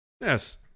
Yes